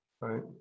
right